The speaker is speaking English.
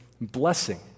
blessing